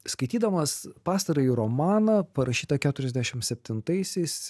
skaitydamas pastarąjį romaną parašytą keturiasdešim septintaisiais